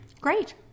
Great